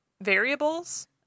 variables